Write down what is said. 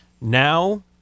Now